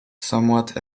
somewhat